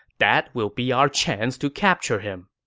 that will be our chance to capture him.